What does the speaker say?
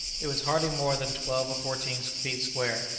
it was hardly more than twelve or fourteen feet square,